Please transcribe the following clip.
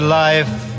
life